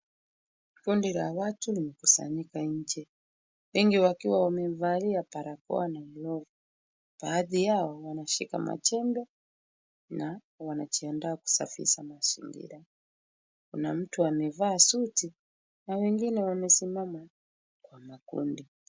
Kundi la watu limekusanyika nje wengi wakiwa wamevalia barakoa na glavu. Baadhi yao wameshika majembe na wanajiandaa kusafisha mazingira. Kuna mtu amevaa suti na wengine wamesimama kwa makundi.